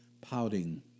pouting